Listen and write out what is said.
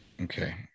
okay